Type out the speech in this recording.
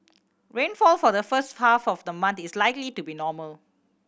rainfall for the first half of the month is likely to be normal